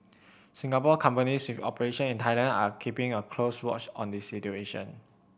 Singapore companies with operations in Thailand are keeping a close watch on the situation